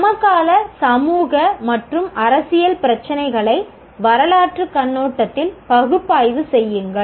சமகால சமூக மற்றும் அரசியல் பிரச்சினைகளை வரலாற்று கண்ணோட்டத்தில் பகுப்பாய்வு செய்யுங்கள்